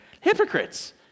hypocrites